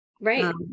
right